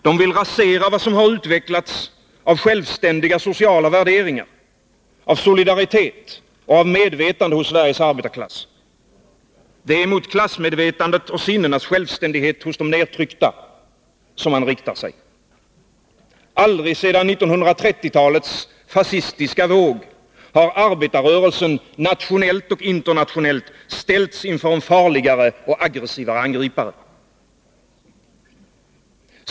De vill rasera vad som utvecklats av självständiga sociala värderingar, av solidaritet, av medvetande hos Sveriges arbetarklass. Det är mot klassmedvetandet och sinnenas självständighet hos de nedtryckta man riktar sig. Aldrig sedan 1930-talets fascistiska våg har arbetarrörelsen, nationellt och internationellt, ställts inför en farligare och mer aggressiv angripare.